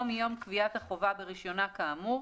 או מיום קביעת החובה ברישיונה כאמור,